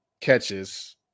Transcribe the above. catches